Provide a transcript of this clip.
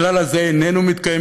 הכלל הזה איננו מתקיים,